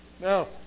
No